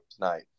tonight